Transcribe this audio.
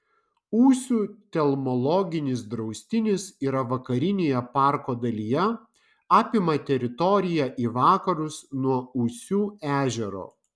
ūsių telmologinis draustinis yra vakarinėje parko dalyje apima teritoriją į vakarus nuo ūsių ežero